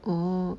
orh